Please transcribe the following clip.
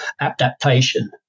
adaptation